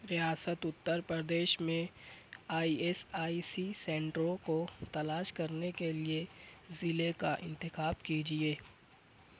ریاست اتر پردیش میں I S I C سینٹروں کو تلاش کرنے کے لیے ضلعے کا انتخاب کیجیے